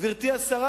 גברתי השרה,